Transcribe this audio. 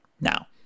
Now